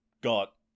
got